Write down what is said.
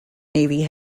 navy